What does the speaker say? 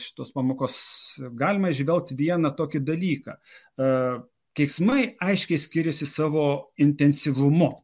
šitos pamokos galima įžvelgt vieną tokį dalyką keiksmai aiškiai skiriasi savo intensyvumu